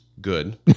Good